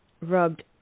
rubbed